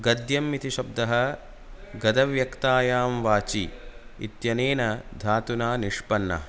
गद्यम् इति शब्दः गदव्यक्तायां वाचि इत्यनेन धातुना निष्पन्नः